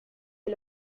que